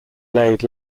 laid